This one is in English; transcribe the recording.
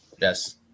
yes